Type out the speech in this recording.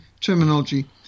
terminology